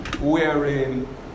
wearing